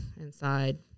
inside